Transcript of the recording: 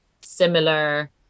similar